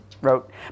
wrote